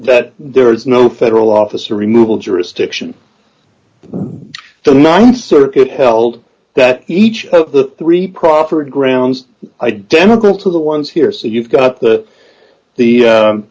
that there is no federal officer removal jurisdiction the th circuit held that each of the three proper grounds identical to the ones here so you've got that the